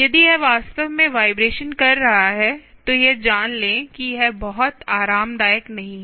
यदि यह वास्तव में वाइब्रेशन कर रहा है तो यह जान लें कि यह बहुत आरामदायक नहीं है